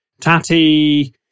Tati